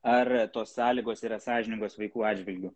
ar tos sąlygos yra sąžiningos vaikų atžvilgiu